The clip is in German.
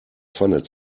pfanne